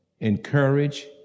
encourage